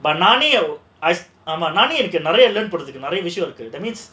நானே இருக்கேன் நிறைய விஷயம் இருக்கு:nane irukkaen niraiya vishayam irukku that means